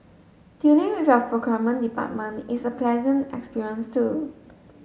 dealing with your procurement department is a pleasant experience too